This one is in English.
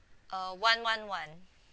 uh one one one